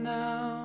now